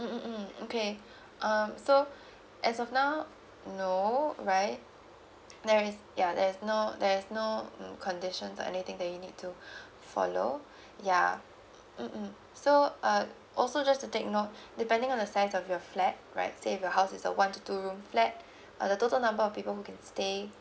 mm mm mm okay um so as of now no right there is ya there's no there's no um conditions or anything that you need to follow ya mmhmm so uh also just to take note depending on the size of your flat right say your house is a one to two room flat uh the total number of people who can stay